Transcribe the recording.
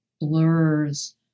blurs